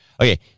Okay